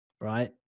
right